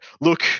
Look